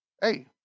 Hey